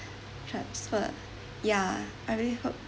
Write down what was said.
transferred ya I really hope